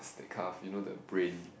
that kind of you know the brain